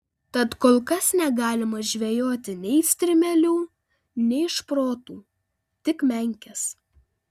tad kol kas negalima žvejoti nei strimelių nei šprotų tik menkes